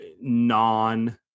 non